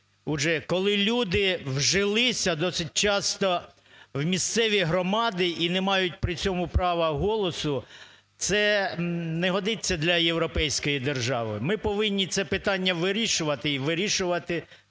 коли люди вжилися досить часто в місцеві громади і не мають при цьому права голосу, це не годиться для європейської держави. Ми повинні це питання вирішувати, і вирішувати